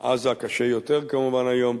עזה קשה יותר כמובן היום,